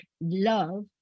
love